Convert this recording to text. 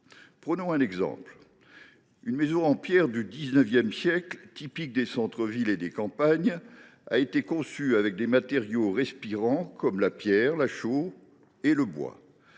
Prenons un exemple. Une maison en pierre du XIX siècle, typique des centres villes et des campagnes, a été conçue avec des matériaux respirants comme la pierre, la chaux et le bois.